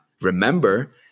remember